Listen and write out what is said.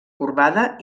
corbada